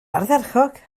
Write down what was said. ardderchog